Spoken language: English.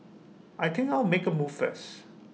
I think I'll make A move first